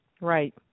Right